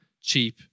cheap